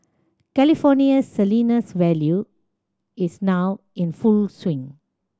California's Salinas Valley is now in full swing